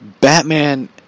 Batman